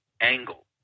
angle